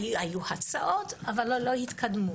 היו הצעות, אבל לא הייתה התקדמות.